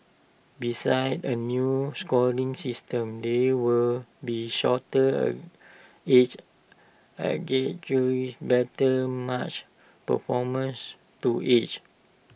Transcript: besides A new scoring system there will be shorter age better match performance to age